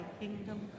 kingdom